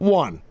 one